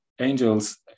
Angels